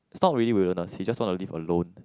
is not really wilderness he just want to live alone